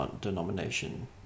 denomination